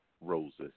roses